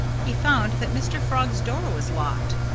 he found that mr. frog's door was locked.